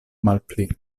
malpli